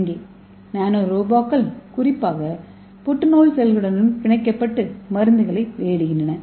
இங்கே நானோ ரோபோக்கள் குறிப்பாக புற்றுநோய் செல்களுடன் பிணைக்கப்பட்டு மருந்துகளை வெளியிடுகின்றன